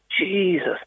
Jesus